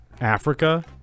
Africa